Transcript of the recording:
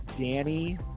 Danny